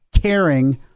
caring